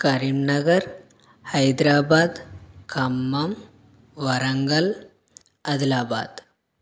Karimnagar Hyderabad Khammam Warangal Adilabad